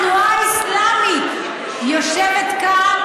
התנועה האסלאמית יושבת כאן,